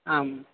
आम्